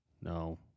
No